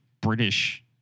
British